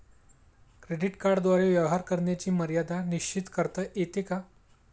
Credit कार्डद्वारे व्यवहार करण्याची मर्यादा निश्चित करता येते का?